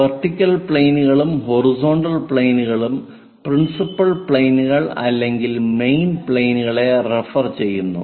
vertical പ്ലെയിനുകളും horizontal പ്ലെയിനുകളും principal പ്ലെയിനുകൾ അല്ലെങ്കിൽ മെയിൻ പ്ലെയിനുകളെ റെഫർ ചെയ്യുന്നു